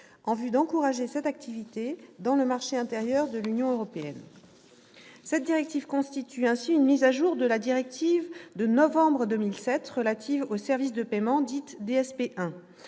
en vue d'encourager cette activité dans le marché intérieur de l'Union européenne. Cette directive constitue ainsi une mise à jour de la directive du 13 novembre 2007 relative aux services de paiement, dite « DSP